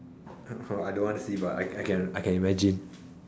oh I don't want to see but I can I can imagine